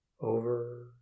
over